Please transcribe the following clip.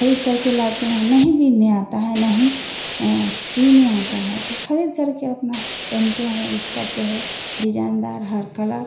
ख़रीद करके लाते हैं नहीं बिनने आता है नहीं सीने आता है तो ख़रीद करके अपना पहनते हैं यूज करते हैं डिजाईन दार हर कलर